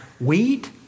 Wheat